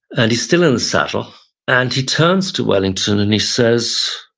and he's still in the saddle and he turns to wellington and he says,